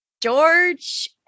George